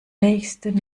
nächsten